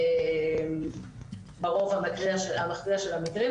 ברוב המכריע של המקרים.